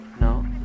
No